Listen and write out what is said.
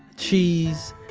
cheese,